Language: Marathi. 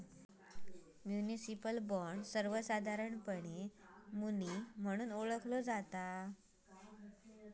म्युनिसिपल बॉण्ड, सर्वोसधारणपणे मुनी म्हणून ओळखला जाता